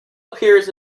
appears